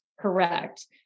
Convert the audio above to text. Correct